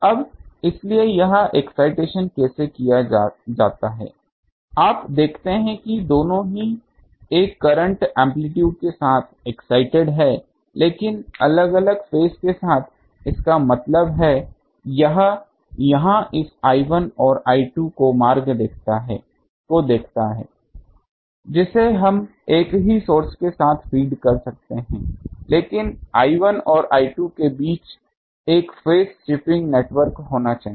अब इसलिए यह एक्साइटेशन कैसे किया जाता है आप देखते हैं कि दोनों ही एक करंट एम्पलीटूड के साथ एक्साइटेड हैं लेकिन अलग अलग फेज के साथ इसका मतलब है यह यहाँ इस I1 और I2 को देखता है जिसे हम एक ही सोर्स के साथ फीड कर सकते हैं लेकिन I1 और I2 के मार्ग के बीच एक फेज शिपिंग नेटवर्क होना चाहिए